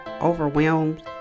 overwhelmed